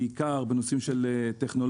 בעיקר בנושא טכנולוגיה,